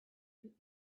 tried